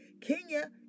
Kenya